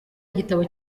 igitabo